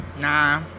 nah